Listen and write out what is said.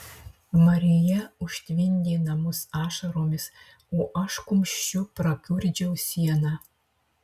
marija užtvindė namus ašaromis o aš kumščiu prakiurdžiau sieną